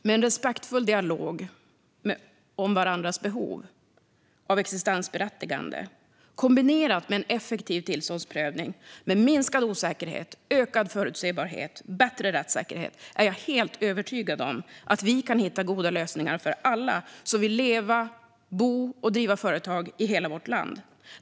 Med en respektfull dialog om varandras behov av existensberättigande kombinerat med en effektiv tillståndsprövning med minskad osäkerhet, ökad förutsebarhet och bättre rättssäkerhet är jag helt övertygad om att vi kan hitta goda lösningar för alla som vill bo, leva och driva företag i hela vårt land.